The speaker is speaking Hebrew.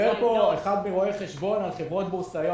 דיבר פה אחד מרואי החשבון על חברות בורסאיות.